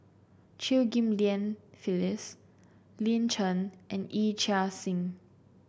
Chew Ghim Lian Phyllis Lin Chen and Yee Chia Hsing